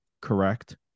correct